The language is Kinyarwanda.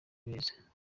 neza